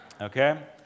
okay